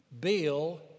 bill